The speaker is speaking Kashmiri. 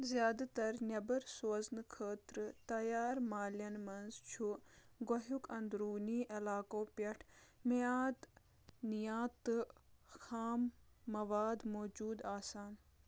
زِیٛادٕ تر نٮ۪بر سوزنہٕ خٲطرٕ تیار مالٮ۪ن منٛز چھُ گۄہیُک أنٛدروٗنی علاقو پٮ۪ٹھ میاد نِیات تہٕ خام مواد موٗجوٗد آسان